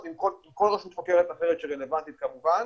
עם כל רשות חוקרת אחרת שרלוונטית כמובן.